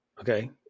okay